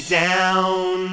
down